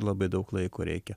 labai daug laiko reikia